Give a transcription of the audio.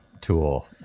tool